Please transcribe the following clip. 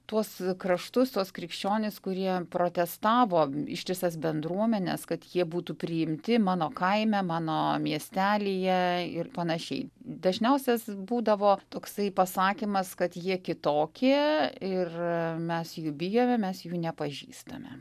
tuos kraštus tuos krikščionis kurie protestavo ištisas bendruomenes kad jie būtų priimti mano kaime mano miestelyje ir panašiai dažniausias būdavo toksai pasakymas kad jie kitokie ir mes jų bijome mes jų nepažįstame